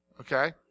Okay